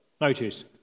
Notice